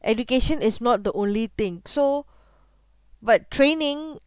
education is not the only thing so but training